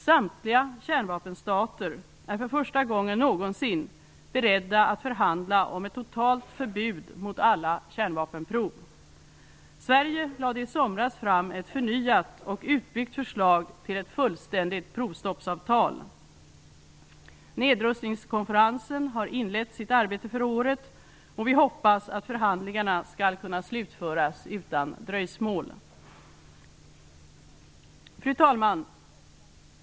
Samtliga kärnvapenstater är för första gången någonsin beredda att förhandla om ett totalt förbud mot alla kärnvapenprov. Sverige lade i somras fram ett förnyat och utbyggt förslag till ett fullständigt provstoppsavtal Nedrustningskonferensen har inlett sitt arbete för året, och vi hoppas att förhandlingarna skall kunna slutföras utan dröjsmål. Fru talman!